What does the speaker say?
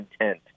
intent